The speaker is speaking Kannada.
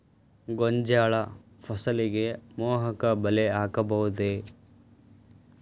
ಗೋಂಜಾಳ ಫಸಲಿಗೆ ಮೋಹಕ ಬಲೆ ಹಾಕಬಹುದೇ?